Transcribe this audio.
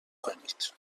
کنید